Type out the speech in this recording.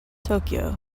tokyo